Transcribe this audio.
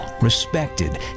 respected